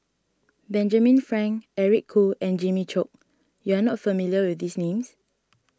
Benjamin Frank Eric Khoo and Jimmy Chok you are not familiar with these names